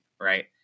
right